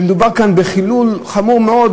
ומדובר כאן בחילול חמור מאוד,